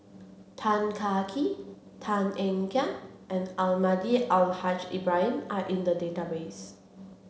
Tan Kah Kee Tan Ean Kiam and Almahdi Al Haj Ibrahim are in the database